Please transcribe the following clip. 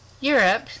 Europe